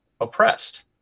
oppressed